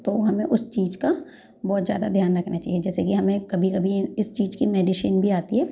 तो हमें उस चीज का बहुत ज़्यादा ध्यान रखना चाहिए जैसे कि हमें कभी कभी इन इस चीज की मेडिसिन भी आती है